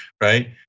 right